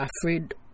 afraid